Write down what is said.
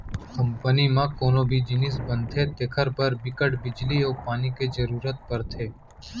company म कोनो भी जिनिस बनथे तेखर बर बिकट बिजली अउ पानी के जरूरत परथे